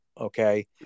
Okay